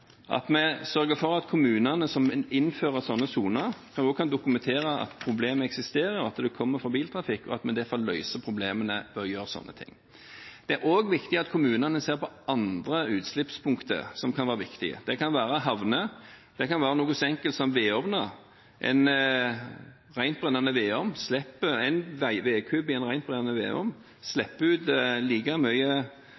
sørger for at kommunene som innfører sånne soner, også kan dokumentere at problemet eksisterer, at det kommer fra biltrafikk, og at vi derfor løser problemene ved å gjøre sånne ting. Det er også viktig at kommunene ser på andre utslippspunkter som kan være viktige. Det kan være havner, det kan være noe så enkelt som vedovner. En vedkubbe i en rentbrennende vedovn slipper ut like mye lokal forurensning som en ny dieselbil som kjører i